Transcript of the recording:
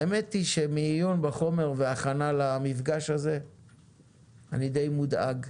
האמת היא שמעיון בחומר וההכנה למפגש הזה אני די מודאג.